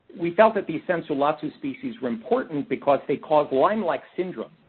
we felt that these sensu lato species were important because they cause lyme-like syndrome,